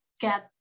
get